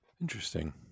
Interesting